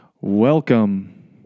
Welcome